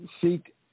seek